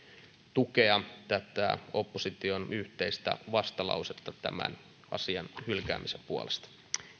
tukea tätä opposition yhteistä vastalausetta tämän asian hylkäämisen puolesta